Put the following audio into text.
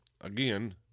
Again